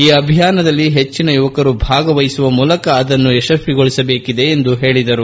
ಈ ಅಭಿಯಾನದಲ್ಲಿ ಹೆಚ್ಚಿನ ಯುವಕರು ಭಾಗವಹಿಸುವ ಮೂಲಕ ಅದನ್ನು ಯಶಸ್ವಿಗೊಳಿಸಬೇಕಿದೆ ಎಂದು ಹೇಳಿದರು